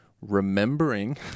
remembering